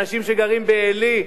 האנשים שגרים בעלי,